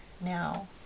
now